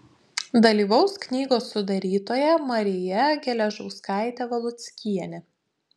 dalyvaus knygos sudarytoja marija geležauskaitė valuckienė